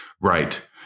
Right